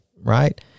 right